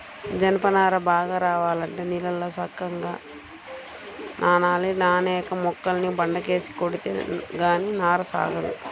జనప నార బాగా రావాలంటే నీళ్ళల్లో సక్కంగా నానాలి, నానేక మొక్కల్ని బండకేసి కొడితే గానీ నార సాగదు